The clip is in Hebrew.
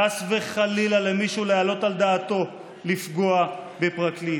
חס וחלילה למישהו להעלות על דעתו לפגוע בפרקליט.